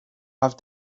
have